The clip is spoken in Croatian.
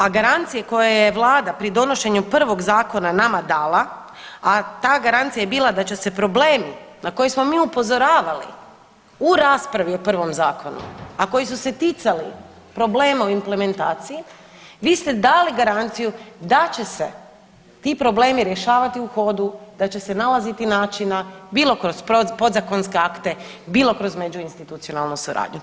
A garancije koje je Vlada pri donošenju prvog zakona nama dala, a ta garancija je bila da će se problemi na koje smo mi upozoravali u raspravi o prvom zakonu, a koji su se ticali problema u implementaciji, vi ste dali garanciju da će se ti problemi rješavati u hodu, da će se nalaziti načina bilo kroz podzakonske akte, bilo kroz međuinstitucionalnu suradnju.